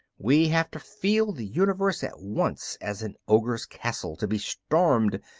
we have to feel the universe at once as an ogre's castle, to be stormed,